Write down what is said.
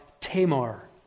Tamar